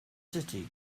city